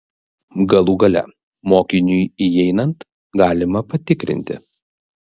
galų gale mokiniui įeinant galima patikrinti